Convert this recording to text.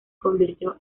convirtió